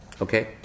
Okay